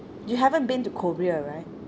you haven't been to korea right